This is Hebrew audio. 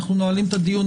אנחנו נועלים את הדיון.